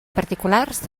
particulars